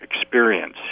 experience